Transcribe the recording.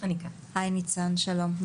הי ניצן שלום,